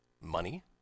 money